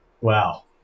Wow